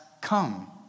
come